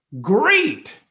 Great